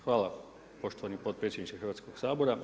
Hvala poštovani potpredsjedniče Hrvatskog sabora.